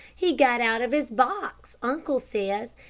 he got out of his box, uncle says,